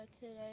today